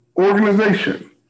organization